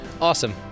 Awesome